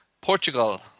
Portugal